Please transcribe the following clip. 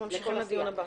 הישיבה נעולה.